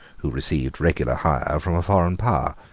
who received regular hire from a foreign power.